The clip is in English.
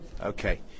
Okay